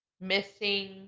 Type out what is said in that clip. missing